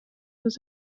was